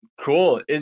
Cool